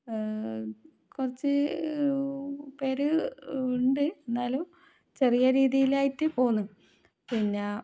കുറച്ച് പേര് ഉണ്ട് എന്നാലും ചെറിയ രീതിയിലായിട്ട് പോകുന്നു പിന്നെ